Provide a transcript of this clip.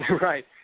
Right